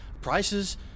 prices